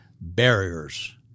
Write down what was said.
barriers